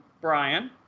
Brian